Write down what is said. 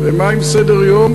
ומה עם סדר-יום?